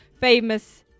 famous